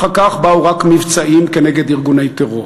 ואחר כך באו רק מבצעים כנגד ארגוני טרור.